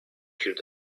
heard